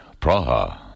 Praha